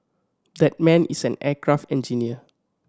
that man is an aircraft engineer